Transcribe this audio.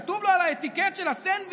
כתוב לו על הטיקט של הסנדוויץ':